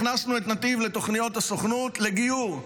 הכנסנו את נתיב לתוכניות הסוכנות לגיור.